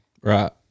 Right